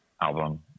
album